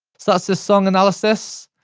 so, that's this song analysis.